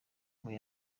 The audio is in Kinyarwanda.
ngo